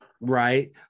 right